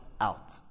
out